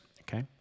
okay